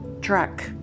truck